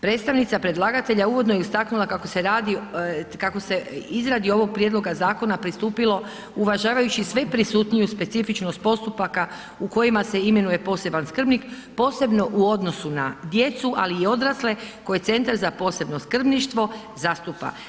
Predstavnica predlagatelja uvodno je istaknula kako se radi, kako se izradi ovog prijedloga zakona pristupilo uvažavajući sve prisutniju specifičnost postupaka u kojima se imenuje poseban skrbnik, posebno u odnosu na djecu, ali i odrasle, koje Centar za posebno skrbništvo zastupa.